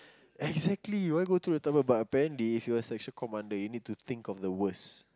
exactly why go to the but apparently if you are a section commander you need to think of the worst